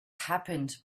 happened